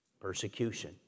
Persecution